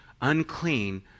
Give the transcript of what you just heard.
unclean